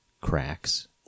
cracks